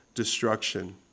Destruction